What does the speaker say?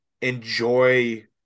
enjoy